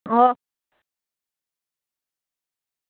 ओ